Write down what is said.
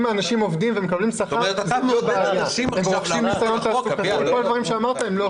אם האנשים עובדים ומקבלים שכר -- -כל הדברים שאמרת לא קורים.